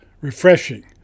refreshing